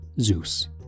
Zeus